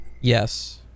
Yes